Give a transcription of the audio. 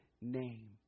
name